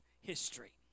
history